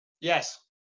Yes